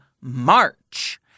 March